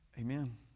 Amen